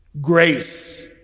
grace